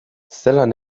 zelan